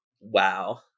wow